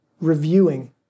reviewing